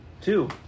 Two